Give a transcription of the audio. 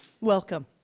welcome